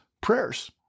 prayers